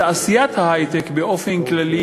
בתעשיית ההיי-טק באופן כללי,